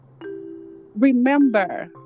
remember